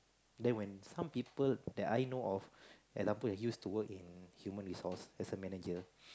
then when some people that I know of example used to work in human resource as a manager